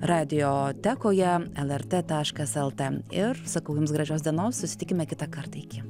radiotekoje lrt taškas lt ir sakau jums gražios dienos susitikime kitą kartą iki